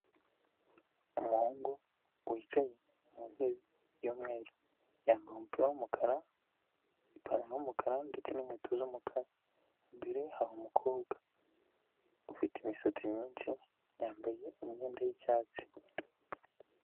Umuhungu wicaye mu ntebe y'umweru yambaye umupira w'umukara, ipantaro y'umukara ndetse n'inkweto z'umukara imbere hari umukobwa, ufite imisatsi myinshi yambaye imyenda y'icyatsi.